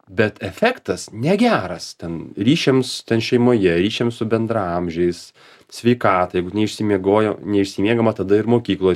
bet efektas negeras ten ryšiams ten šeimoje ryšiam su bendraamžiais sveikatai neišsimiegojo neišsimiegama tada ir mokykloj